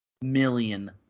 million